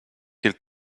quel